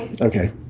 Okay